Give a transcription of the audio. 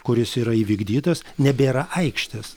kuris yra įvykdytas nebėra aikštės